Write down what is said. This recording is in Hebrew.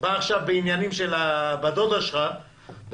בא עכשיו בעניינים של בת הדודה שלך וזה